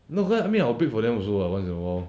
last time I mean I'll bake for them also [what] once in a while